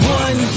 one